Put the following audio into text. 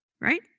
right